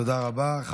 תודה רבה.